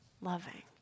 loving